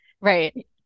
Right